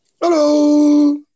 hello